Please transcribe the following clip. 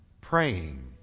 praying